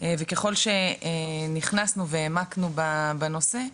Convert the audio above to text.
וככל שנכנסנו והעמקנו בנושא,